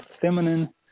feminine